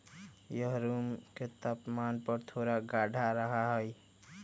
यह रूम के तापमान पर थोड़ा गाढ़ा रहा हई